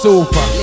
Super